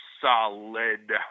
solid